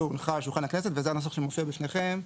הונחה על שולחן הכנסת וזה הנוסח שמופיע בפניכם,